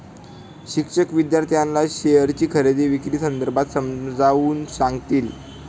शिक्षक विद्यार्थ्यांना शेअरची खरेदी विक्री संदर्भात समजावून सांगतील